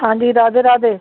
हाँ जी राधे राधे